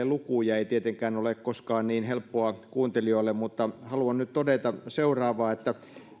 lukuja ei tietenkään ole koskaan helppoa kuuntelijoille mutta haluan nyt todeta seuraavaa